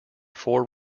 four